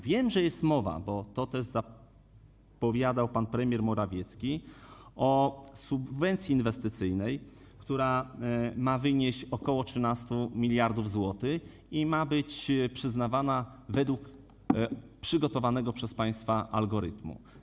Wiem, że jest mowa, bo to też zapowiadał pan premier Morawiecki, o subwencji inwestycyjnej, która ma wynieść ok. 13 mld zł i ma być przyznawana według przygotowanego przez państwa algorytmu.